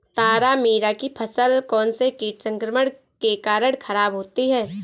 तारामीरा की फसल कौनसे कीट संक्रमण के कारण खराब होती है?